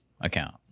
account